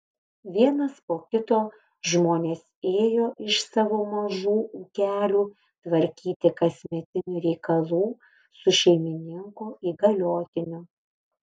vienas po kito žmonės ėjo iš savo mažų ūkelių tvarkyti kasmetinių reikalų su šeimininko įgaliotiniu